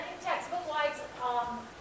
textbook-wise